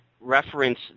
reference